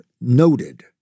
noted